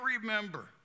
remember